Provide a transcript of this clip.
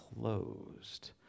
closed